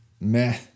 meh